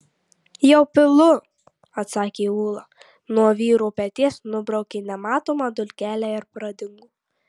jau pilu atsakė ūla nuo vyro peties nubraukė nematomą dulkelę ir pradingo